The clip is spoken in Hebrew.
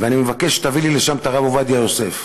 ואני מבקש שתביא לי לשם את הרב עובדיה יוסף.